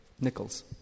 Nichols